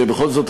שבכל זאת,